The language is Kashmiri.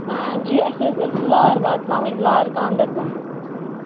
آ جی اَسہِ حظ ٲسۍ لار واتناوٕنۍ لار گاندَربَل